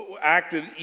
acted